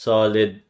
Solid